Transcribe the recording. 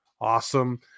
awesome